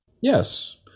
Yes